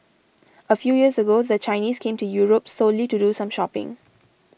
a few years ago the Chinese came to Europe solely to do some shopping